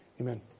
Amen